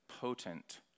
potent